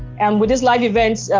and with this live events,